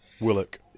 Willock